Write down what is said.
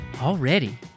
Already